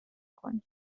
کنید